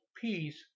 peace